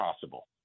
possible